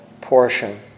portion